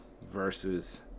versus